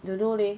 don't know leh